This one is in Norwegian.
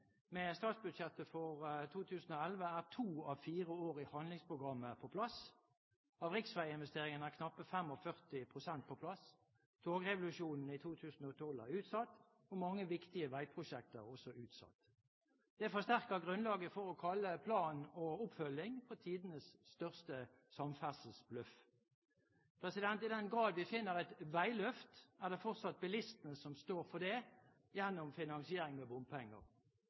Med statsbudsjettet for 2011 er to av fire år i handlingsprogrammet på plass. Av riksveiinvesteringene er knappe 45 pst. på plass, togrevolusjonen i 2012 er utsatt, og mange viktige veiprosjekter er også utsatt. Det forsterker grunnlaget for å kalle plan og oppfølging for tidenes største samferdselsbløff. I den grad vi finner et veiløft, er det fortsatt bilistene som står for det gjennom finansiering med bompenger.